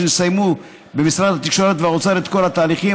כשיסיימו במשרד התקשורת והאוצר את כל התהליכים,